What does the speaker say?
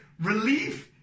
relief